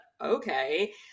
okay